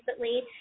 recently